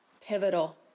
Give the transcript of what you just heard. pivotal